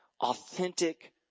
authentic